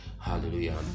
Hallelujah